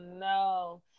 no